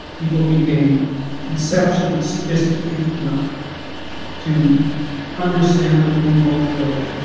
people became conceptional and sophisticated enough to understand their own vulnerability,